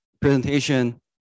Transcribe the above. presentation